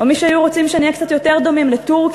או מי שהיו רוצים שנהיה קצת יותר דומים לטורקיה,